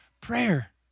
prayer